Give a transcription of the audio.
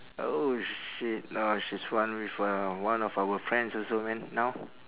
oh shit no she's one with uh one of our friends also man now